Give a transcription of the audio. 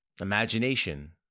imagination